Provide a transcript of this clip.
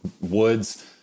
woods